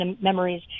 memories